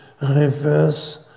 reverse